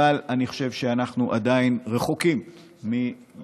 אבל אני חושב שאנחנו עדיין רחוקים מיכולת